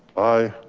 aye.